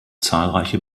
zahlreiche